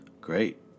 Great